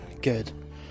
good